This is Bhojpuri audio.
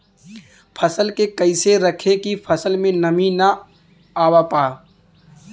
फसल के कैसे रखे की फसल में नमी ना आवा पाव?